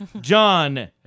John